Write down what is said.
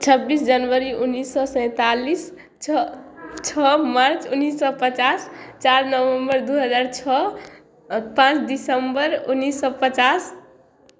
छब्बीस जनवरी उनैस सओ सैँतालिस छओ छओ मार्च उनैस सओ पचास चारि नवम्बर दुइ हजार छओ आओर पाँच दिसम्बर उनैस सओ पचास